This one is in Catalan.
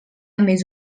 més